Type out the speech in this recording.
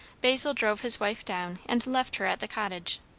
basil drove his wife down and left her at the cottage.